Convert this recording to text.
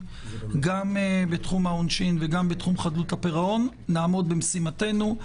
גם בתחום העונשין וגם בתחום חדלות הפירעון נעמוד במשימתנו.